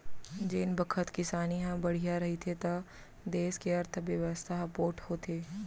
जेन बखत किसानी ह बड़िहा रहिथे त देस के अर्थबेवस्था ह पोठ होथे